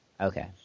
Okay